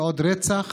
לרצח